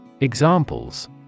Examples